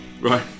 Right